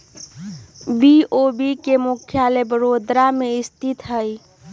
BOB के मुख्यालय बड़ोदरा में स्थित हइ